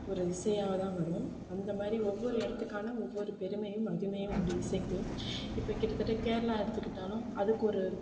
ஒரு இசையாக தான் வரும் அந்த மாதிரி ஒவ்வொரு இடத்துக்கான ஒவ்வொரு பெருமையும் மகிமையும் உண்டு இசைக்கு இப்போ கிட்டத்தட்ட கேரளா எடுத்துக்கிட்டாலும் அதுக்கு ஒரு